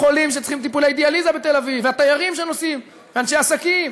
החולים שצריכים טיפולי דיאליזה בתל-אביב והתיירים שנוסעים ואנשי עסקים,